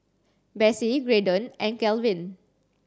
Besse Graydon and Kalvin